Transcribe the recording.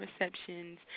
receptions